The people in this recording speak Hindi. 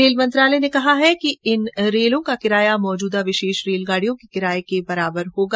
रेल मंत्रालय ने कहा है कि इन रेलगाडियों का किराया मौजूदा विशेष रेलगाडियों के किराए के बराबर होगा